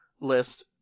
list